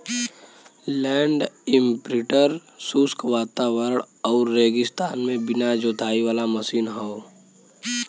land imprinter शुष्क वातावरण आउर रेगिस्तान में बिना जोताई वाला मशीन हौ